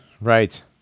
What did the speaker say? Right